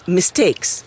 mistakes